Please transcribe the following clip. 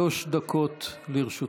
שלוש דקות לרשותך.